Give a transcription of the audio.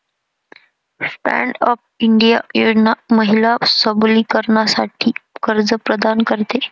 stand up India योजना महिला सबलीकरणासाठी कर्ज प्रदान करते